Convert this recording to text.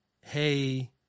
hey